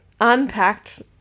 unpacked